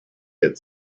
had